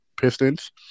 Pistons